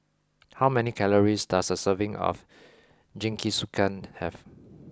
how many calories does a serving of Jingisukan have